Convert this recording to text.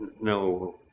No